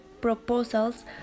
proposals